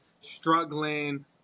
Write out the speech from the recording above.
struggling